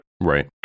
Right